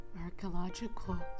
archaeological